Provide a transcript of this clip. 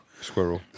Squirrel